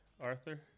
Arthur